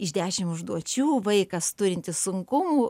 iš dešimt užduočių vaikas turintis sunkumų